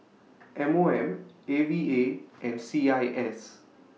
M O M A V A and C I S